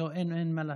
לא, אין מה להשוות.